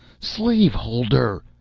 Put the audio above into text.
slave holder!